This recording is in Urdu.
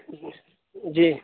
جی